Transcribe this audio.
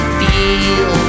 feel